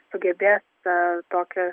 sugebės tą tokią